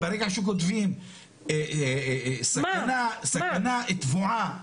ברגע שכותבים סכנה טבועה,